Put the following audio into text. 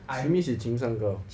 simi si 情商高